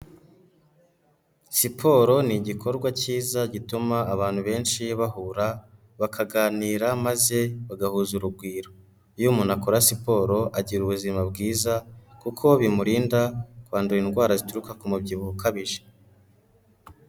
Siporo ni igikorwa kiza gituma abantu benshi bahura bakaganira maze bagahuza urugwiro. Iyo umuntu akora siporo agira ubuzima bwiza, kuko bimurinda kwandura indwara zituruka ku mubyibuho ukabije.